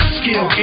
skill